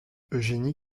eugénie